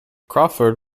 crawford